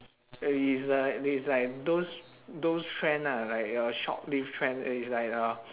eh is like is like those those trend ah like your short-lived trend it's like uh